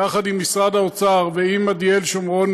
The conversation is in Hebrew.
יחד עם משרד האוצר ועם עדיאל שמרון,